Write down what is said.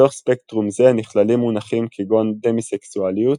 בתוך ספקטרום זה נכללים מונחים כגון דמיסקסואליות,